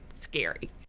scary